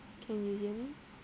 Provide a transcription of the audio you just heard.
can you hear me